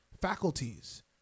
faculties